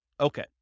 Okay